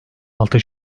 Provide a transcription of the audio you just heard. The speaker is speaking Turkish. altı